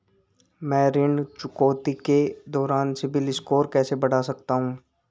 मैं ऋण चुकौती के दौरान सिबिल स्कोर कैसे बढ़ा सकता हूं?